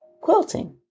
quilting